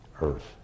Earth